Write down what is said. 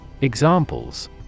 Examples